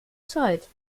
zeit